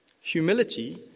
Humility